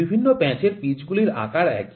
বিভিন্ন প্যাঁচের পিচগুলির আকার একই